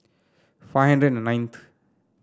five hundred and ninth